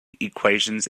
equations